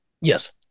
Yes